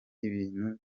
ibintu